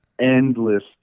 endless